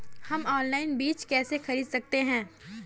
हम ऑनलाइन बीज कैसे खरीद सकते हैं?